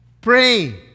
pray